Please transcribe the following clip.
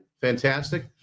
fantastic